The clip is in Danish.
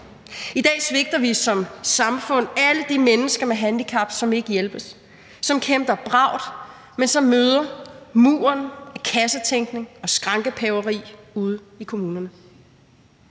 I dag svigter vi som samfund alle de mennesker med handicap, som ikke hjælpes, som kæmper bravt, men som møder muren af kassetænkning og skrankepaveri ude i kommunerne.